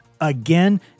again